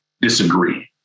disagree